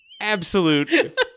absolute